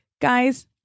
Guys